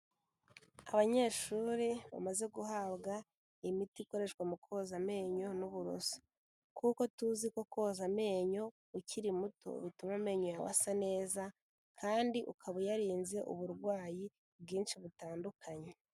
Abanyeshuri bamaze guhabwa imiti ikoreshwa mu koza amenyo n'uburoso; kuko tuzi ko koza amenyo ukiri muto bituma amenyo yawe asa neza, kandi ukaba uyarinze uburwayi bwinshi butandukanye.